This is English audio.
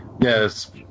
yes